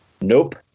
Nope